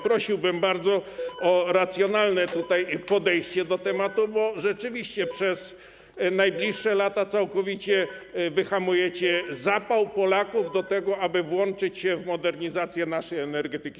Prosiłbym bardzo o racjonalne podejście do tematu, bo rzeczywiście przez najbliższe lata całkowicie wyhamujecie zapał Polaków do tego, aby włączyć się w modernizację naszej energetyki.